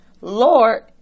Lord